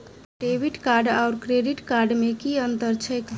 Debit card आओर credit card मे की अन्तर छैक?